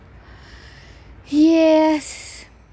yes